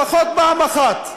מה עם חובות?